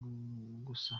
gusa